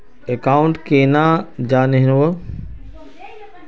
Account केना जाननेहव?